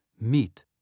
meet